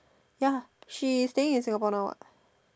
ya she's staying in Singapore now what